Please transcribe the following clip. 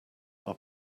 are